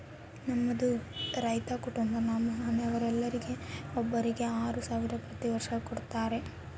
ನಮ್ಮದು ರೈತ ಕುಟುಂಬ ನಮ್ಮ ಮನೆಯವರೆಲ್ಲರಿಗೆ ಒಬ್ಬರಿಗೆ ಆರು ಸಾವಿರ ಪ್ರತಿ ವರ್ಷ ಕೊಡತ್ತಾರೆ